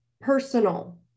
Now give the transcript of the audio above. personal